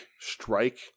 strike